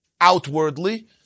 outwardly